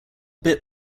bit